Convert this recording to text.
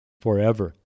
forever